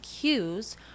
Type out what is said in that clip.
cues